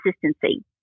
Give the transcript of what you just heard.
consistency